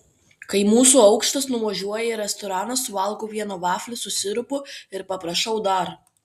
kai mūsų aukštas nuvažiuoja į restoraną suvalgau vieną vaflį su sirupu ir paprašau dar